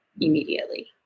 immediately